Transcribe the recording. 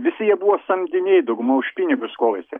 visi jie buvo samdiniai dauguma už pinigus kovėsi